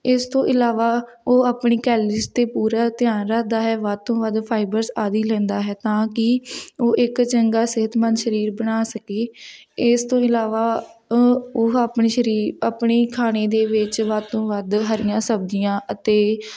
ਇਸ ਤੋਂ ਇਲਾਵਾ ਉਹ ਆਪਣੀ ਕੈਲਰੀਜ 'ਤੇ ਪੂਰਾ ਧਿਆਨ ਰੱਖਦਾ ਹੈ ਵੱਧ ਤੋਂ ਵੱਧ ਫਾਈਬਰਸ ਆਦਿ ਲੈਂਦਾ ਹੈ ਤਾਂ ਕਿ ਉਹ ਇੱਕ ਚੰਗਾ ਸਿਹਤਮੰਦ ਸਰੀਰ ਬਣਾ ਸਕੇ ਇਸ ਤੋਂ ਇਲਾਵਾ ਉਹ ਆਪਣੀ ਸਰੀਰ ਆਪਣੀ ਖਾਣੇ ਦੇ ਵਿੱਚ ਵੱਧ ਤੋਂ ਵੱਧ ਹਰੀਆਂ ਸਬਜ਼ੀਆਂ ਅਤੇ